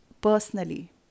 Personally